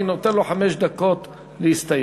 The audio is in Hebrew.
אני נותן לו חמש דקות להסתייג.